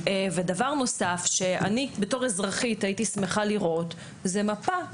דבר נוסף שאני בתור אזרחית הייתי שמחה לראות זה מפה.